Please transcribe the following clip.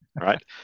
right